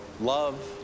love